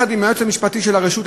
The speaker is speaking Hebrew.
יחד עם היועץ המשפטי של הרשות,